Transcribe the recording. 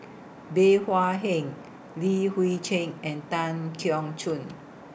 Bey Hua Heng Li Hui Cheng and Tan Keong Choon